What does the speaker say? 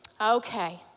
Okay